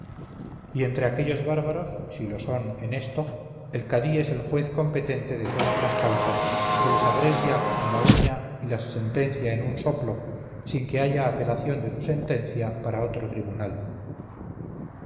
y entre aquellos bárbaros si lo son en esto el cadí es el juez competente de todas las causas que las abrevia en la uña y las sentencia en un soplo sin que haya apelación de su sentencia para otro tribunal